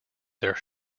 their